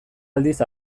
aldiz